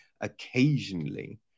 occasionally